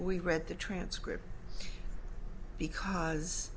we read the transcript because